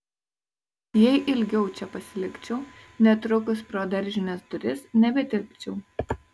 jei ilgiau čia pasilikčiau netrukus pro daržinės duris nebetilpčiau